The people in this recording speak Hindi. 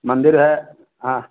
मंदिर है हाँ